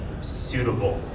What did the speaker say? suitable